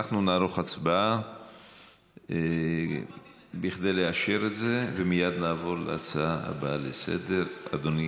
אנחנו נערוך הצבעה כדי לאשר את זה ומייד נעבור להצעה הבאה לסדר-היום.